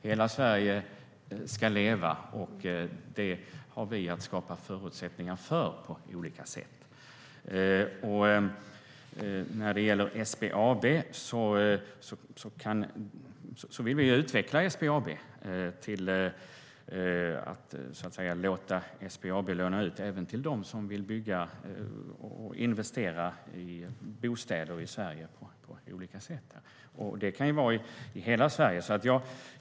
Hela Sverige ska leva, och det har vi att skapa förutsättningar för på olika sätt. Vi vill utveckla SBAB till att låta dem låna ut även till dem som vill bygga och investera i bostäder i Sverige på olika sätt. Det kan vara i hela Sverige.